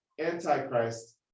Antichrist